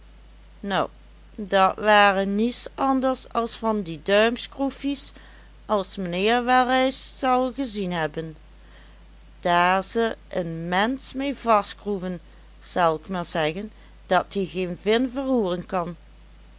nou dat waren nies anders as van die duimskroefies as meheer wel reis zel gezien hebben daar ze een minsch mee vastskroeven zel ik maar zeggen dat ie geen vin verroeren kan